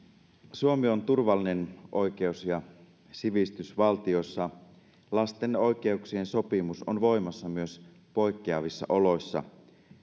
suomi on turvallinen oikeus ja sivistysvaltio jossa lasten oikeuksien sopimus on voimassa myös poikkeavissa oloissa